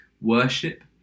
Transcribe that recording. worship